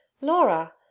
Laura